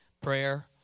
Prayer